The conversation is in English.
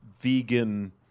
vegan